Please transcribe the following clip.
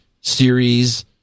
series